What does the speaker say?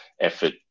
effort